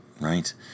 right